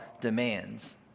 demands